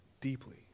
deeply